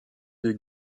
deux